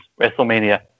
WrestleMania